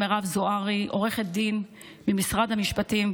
מירב זוהרי, עורכת דין ממשרד המשפטים.